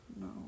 No